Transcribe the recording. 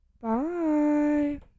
Bye